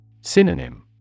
Synonym